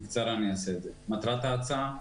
מטרת ההצעה,